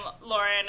Lauren